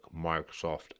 microsoft